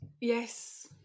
Yes